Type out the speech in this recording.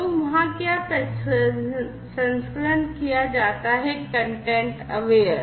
तो वहाँ क्या प्रसंस्करण किया जाता है कंटेंट अवेयर